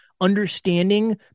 understanding